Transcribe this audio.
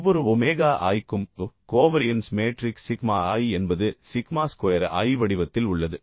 ஒவ்வொரு omega i க்கும் covariance matrix sigma i என்பது சிக்மா ஸ்கொயர் i வடிவத்தில் உள்ளது